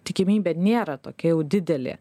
tikimybė nėra tokia jau didelė